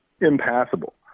impassable